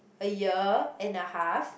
a year and a half